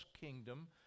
kingdom